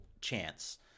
chance